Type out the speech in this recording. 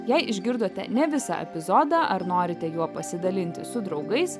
jei išgirdote ne visą epizodą ar norite juo pasidalinti su draugais